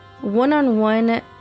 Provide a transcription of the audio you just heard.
one-on-one